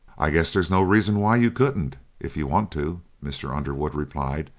i guess there's no reason why you couldn't if you want to, mr. underwood replied,